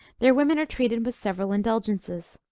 their women are treated with several indulgences.